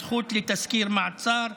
הזכות לתזכיר מעצר,